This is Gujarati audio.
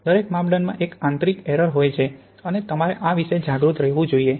દરેક માપદંડમાં એક આંતરિક એરર હોય છે અને તમારે આ વિશે જાગૃત રહેવું જોઈએ